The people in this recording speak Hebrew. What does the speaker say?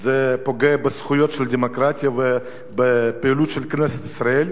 זה פוגע בזכויות של הדמוקרטיה ובפעילות של כנסת ישראל,